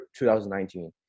2019